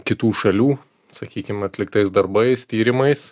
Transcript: kitų šalių sakykim atliktais darbais tyrimais